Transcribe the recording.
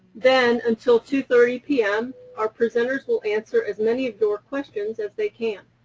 then, until two thirty p m, our presenters will answer as many of your questions as they can.